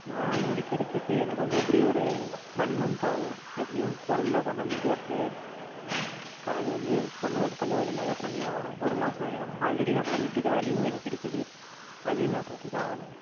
நான் முடிக்கிறத்துக்கு எனக்கு வந்து எப்படியும் ஒரு ஒன் மன்த் ஆகும் எப்படியும் பொருளெலாம் கொண்டு வந்து போட்டு அது வந்து ஒன்று ஒன்று கொஞ்ச கொஞ்சமாக தான் பண்ணி ஆகணும் ஒரு மாதம் ஆயிடும் ஆல்ரெடி நான் பண்ணிகிட்டு இருக்கற வேலையும் எனக்கு இருக்குது அதையும் நான் பார்த்துதான் ஆகணும்